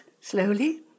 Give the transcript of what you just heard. slowly